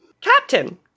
Captain